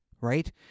right